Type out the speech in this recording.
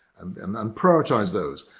and and and prioritize those.